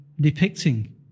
depicting